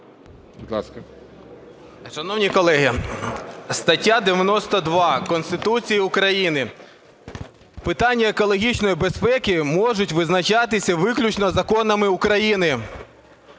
Шановні колеги, стаття 92 Конституції України: питання екологічної безпеки можуть визначатися виключно законами України.